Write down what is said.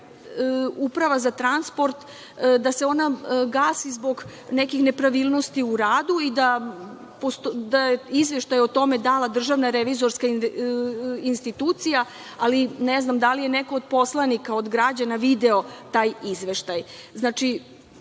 Uprava za transport gasi zbog nekih nepravilnosti u radu i da je izveštaj o tome dala Državna revizorska institucija, ali ne znam da li je neko od poslanika, od građana video taj izveštaj.